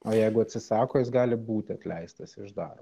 o jeigu atsisako jis gali būti atleistas iš dar